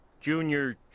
junior